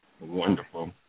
Wonderful